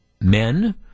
men